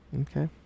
Okay